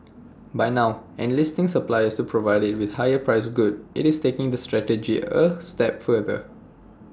by now enlisting suppliers to provide IT with higher priced goods IT is taking that strategy A step further